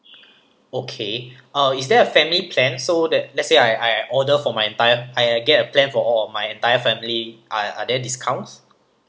okay uh is there a family plan so that let's say I I order for my entire I get a plan for all of my entire family are are there discounts